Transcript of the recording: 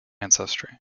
ancestry